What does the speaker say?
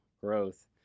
growth